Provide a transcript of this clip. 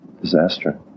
disaster